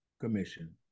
Commission